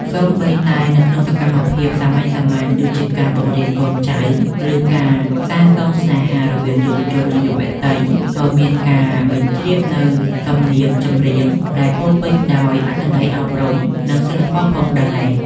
សូម្បីតែនៅក្នុងសកម្មភាពសាមញ្ញៗដូចជាការបង្រៀនកូនចៅ ឬការសាសងស្នេហារវាងយុវជន និងយុវតី ក៏មានការបញ្ជ្រាបនូវសំនៀងចម្រៀងដែលពោរពេញដោយអត្ថន័យអប់រំ និងសីលធម៌ផងដែរ។